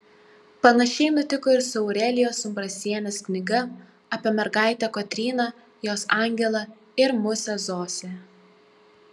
panašiai nutiko ir su aurelijos umbrasienės knyga apie mergaitę kotryną jos angelą ir musę zosę